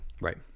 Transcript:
Right